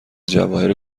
جواهر